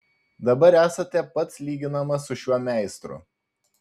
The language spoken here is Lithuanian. dabar esate pats lyginamas su šiuo meistru